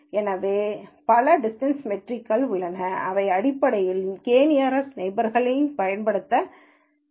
எனவே பல டிஸ்டன்ஸ் மெட்ரிக்கள் உள்ளன அவை அடிப்படையில் நியரஸ்ட் நெய்பர்ஸ்வீட்டைப் பயன்படுத்த பயன்படுத்தலாம்